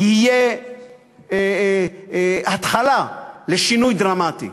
יהיה התחלה של שינוי דרמטי.